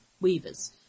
Weavers